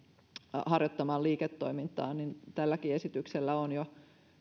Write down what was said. harjoittamaan liiketoimintaa tälläkin esityksellä on jo